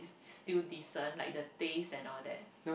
still decent like the taste and all that